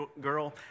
girl